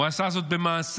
הוא עשה זאת במעשה,